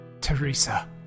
Teresa